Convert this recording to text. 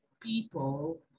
people